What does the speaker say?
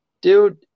dude